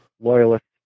loyalists